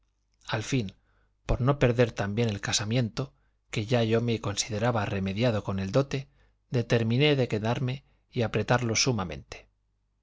al fin por no perder también el casamiento que ya yo me consideraba remediado con el dote determiné de quedarme y apretarlo sumamente